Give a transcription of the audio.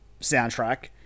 soundtrack